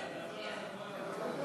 הארכת הוראות מעבר),